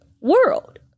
world